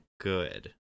good